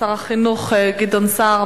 שר החינוך גדעון סער,